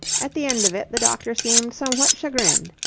at the end of it the doctor seemed somewhat chagrined.